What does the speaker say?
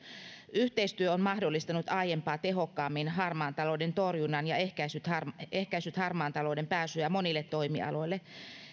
yhteistyö on mahdollistanut aiempaa tehokkaammin harmaan talouden torjunnan ja ehkäissyt harmaan talouden pääsyä monille toimialoille